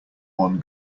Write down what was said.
one